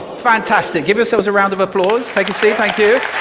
fantastic. give yourselves a round of applause. take a seat, thank you.